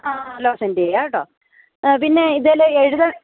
ആ സെൻഡ് ചെയ്യാം കേട്ടോ ആ പിന്നെ ഇതില്